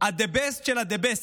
ה-the best של ה-the best,